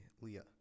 Leah